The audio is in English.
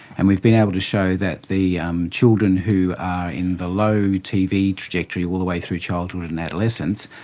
and we've been able to show that the um children who are in the low tv trajectory all the way through childhood and adolescence,